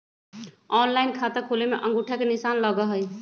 Online खाता खोले में अंगूठा के निशान लगहई?